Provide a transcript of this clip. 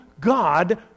God